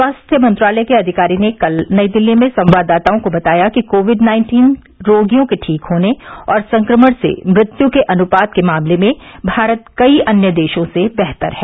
स्वास्थ्य मंत्रालय के अधिकारी ने कल नई दिल्ली में संवाददाताओं को बताया कि कोविड नाइन्टीन रोगियों के ठीक होने और संक्रमण से मृत्यु के अनुपात के मामले में भारत कई अन्य देशों से बेहतर है